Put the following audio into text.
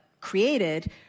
created